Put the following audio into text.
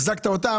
החזקת אותם,